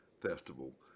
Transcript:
Festival